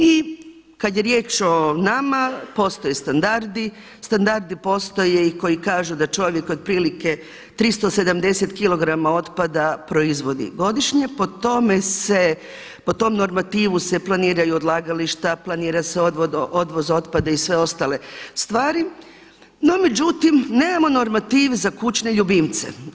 I kada je riječ o nama postoje standardi, standardi postoje i koji kažu da čovjek otprilike 370kg otpada proizvodi godišnje, po tome se, po tom normativu se planiraju odlagališta, planira se odvoz otpada i sve ostale stvari, no međutim nemamo normativ za kućne ljubimce.